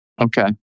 Okay